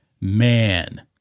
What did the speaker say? Man